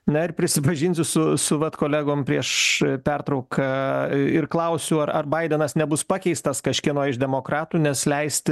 na ir prisipažinsiu su su vat kolegom prieš pertrauką ir klausiu ar ar baidenas nebus pakeistas kažkieno iš demokratų nes leisti